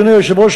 אדוני היושב-ראש,